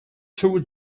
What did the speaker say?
tour